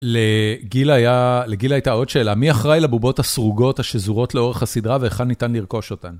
לגילה היה, הייתה עוד שאלה, מי אחראי לבובות הסרוגות השזורות לאורך הסדרה והיכן ניתן לרכוש אותן?